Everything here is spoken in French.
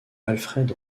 alfred